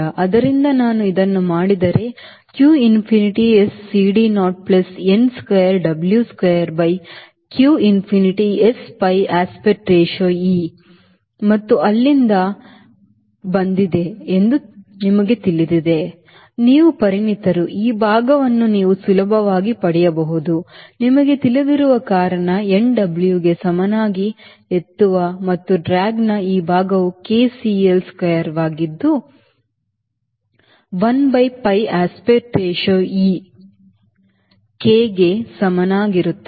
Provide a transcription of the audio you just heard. ಆದ್ದರಿಂದ ನಾನು ಇದನ್ನು ಮಾಡಿದರೆ q infinity S CD naught plus n square W square by q infinity S pi aspect ratio e ಮತ್ತು ಅದರಿಂದ ಎಲ್ಲಿಂದ ಬಂದಿದೆ ಎಂದು ನಿಮಗೆ ತಿಳಿದಿದೆ ನೀವು ಪರಿಣಿತರು ಈ ಭಾಗವನ್ನು ನೀವು ಸುಲಭವಾಗಿ ಪಡೆಯಬಹುದು ನಿಮಗೆ ತಿಳಿದಿರುವ ಕಾರಣ n W ಗೆ ಸಮನಾಗಿ ಎತ್ತುವ ಮತ್ತು ಡ್ರ್ಯಾಗ್ನ ಈ ಭಾಗವು K CL square ವಾಗಿದ್ದು 1 by pi aspect ratio e k ಗ ಸಮವಾಗಿರುತ್ತದೆ